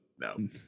No